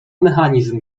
mechanizm